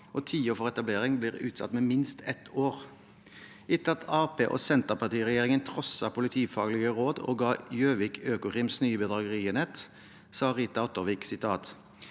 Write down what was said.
og tiden for etablering blir utsatt med minst ett år. Etter at Arbeiderparti–Senterparti-regjeringen trosset politifaglige råd og ga Gjøvik Økokrims nye bedragerienhet, sa Rita Ottervik: